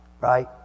right